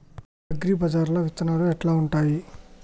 అగ్రిబజార్ల విత్తనాలు ఎట్లుంటయ్?